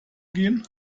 gehen